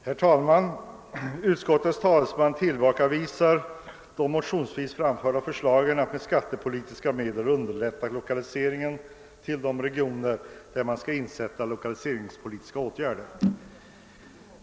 Herr talman! Utskottets talesman tillbakavisade de motionsvis framförda förslagen att med skattepolitiska medel underlätta lokaliseringen till de regioner som skall bli föremål för lokaliseringspolitiska åtgärder.